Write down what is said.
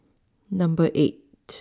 number eight